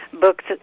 books